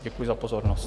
Děkuji za pozornost.